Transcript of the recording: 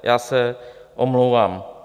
Já se omlouvám.